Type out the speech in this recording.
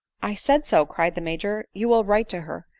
i said so, cried the major. you will write to her.